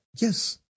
Yes